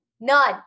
none